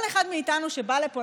כל אחד מאיתנו שבא לפה,